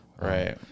Right